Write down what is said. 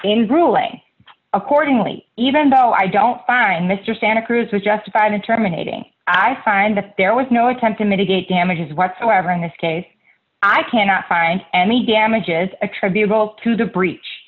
in ruling accordingly even though i don't find mr santa cruz was justified in terminating i find that there was no attempt to mitigate damages whatsoever in this case i cannot find any damages attributable to the breach